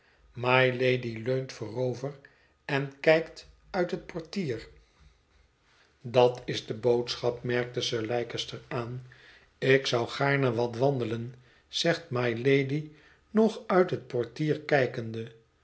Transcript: mylady leunt voorover en kijkt uit het portier het verlaten huis dat is de boodschap merkte sir leicester aan ik zou gaarne wat wandelen zegt mylady nog uit het portier kijkende